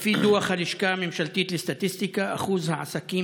לפי דוח הלשכה הממשלתית לסטטיסטיקה שיעור העסקים